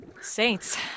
Saints